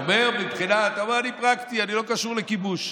אתה אומר: אני פרקטי, אני לא קשור לכיבוש.